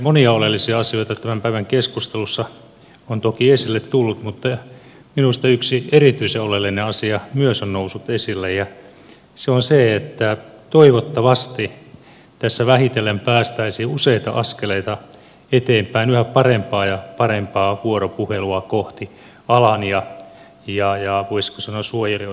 monia oleellisia asioita tämän päivän keskustelussa on toki esille tullut mutta minusta yksi erityisen oleellinen esille noussut asia on se että toivottavasti tässä vähitellen päästäisiin useita askeleita eteenpäin yhä parempaa ja parempaa vuoropuhelua kohtia alan ja voisiko sanoa suojelijoitten kesken